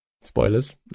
spoilers